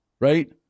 right